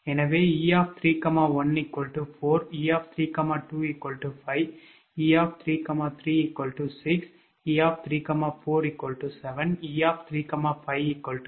எனவே 𝑒 31 4 3 32 5 3 33 6 3 34 7 𝑒 35 8